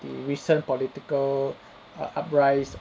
the recent political err uprise